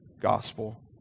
Gospel